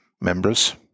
members